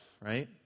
Right